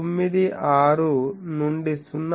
96 నుండి 0